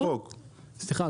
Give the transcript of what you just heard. סליחה,